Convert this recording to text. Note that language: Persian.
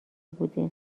بودیم